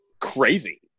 crazy